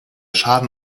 schaden